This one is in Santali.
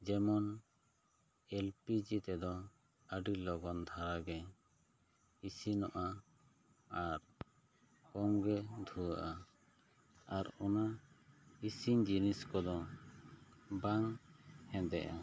ᱡᱮᱢᱚᱱ ᱮᱞᱯᱤᱡᱤ ᱛᱮᱫᱚ ᱟᱹᱰᱤ ᱞᱚᱜᱚᱱ ᱫᱷᱟᱨᱟ ᱜᱮ ᱤᱥᱤᱱᱚᱜᱼᱟ ᱟᱨ ᱠᱚᱢ ᱜᱮ ᱫᱷᱩᱭᱟᱹᱜᱼᱟ ᱟᱨ ᱚᱱᱟ ᱤᱥᱤᱱ ᱡᱤᱱᱤᱥ ᱠᱚᱫᱚ ᱵᱟᱝ ᱦᱮᱸᱫᱮᱜᱼᱟ